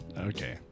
Okay